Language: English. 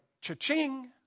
cha-ching